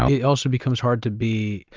it also becomes hard to be.